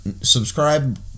subscribe